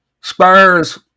Spurs